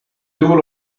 juhul